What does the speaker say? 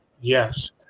Yes